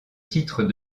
titre